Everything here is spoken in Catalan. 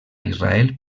israel